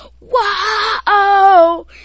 Wow